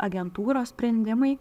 agentūros sprendimai